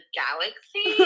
galaxy